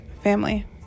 family